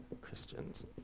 Christians